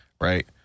right